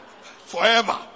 forever